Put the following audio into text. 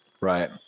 right